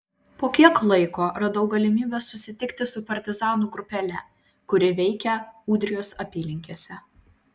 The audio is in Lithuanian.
po kiek laiko radau galimybę susitikti su partizanų grupele kuri veikė ūdrijos apylinkėse